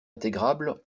intégrables